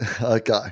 Okay